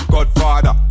Godfather